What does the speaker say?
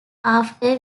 after